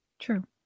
True